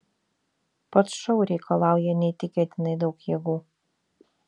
pats šou reikalauja neįtikėtinai daug jėgų